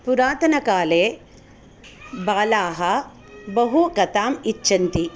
पुरातनकाले बालाः बहु कथाम् इच्छन्ति